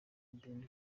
adeline